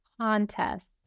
Contest